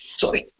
sorry